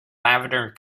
lavender